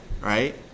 right